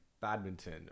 badminton